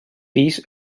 pis